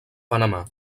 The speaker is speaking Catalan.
panamà